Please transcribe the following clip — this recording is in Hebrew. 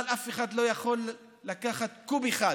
אבל אף אחד לא יכול לקחת קוב אחד